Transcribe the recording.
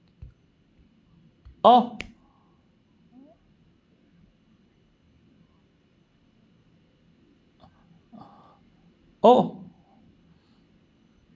oh oh